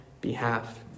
behalf